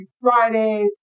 Fridays